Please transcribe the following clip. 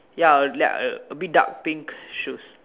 ya a like a bit dark pink shoes